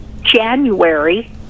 January